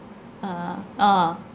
uh oh